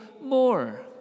more